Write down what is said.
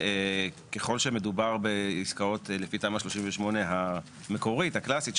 שככל שמדובר בעסקאות לפי תמ"א 38 המקורית הקלאסית,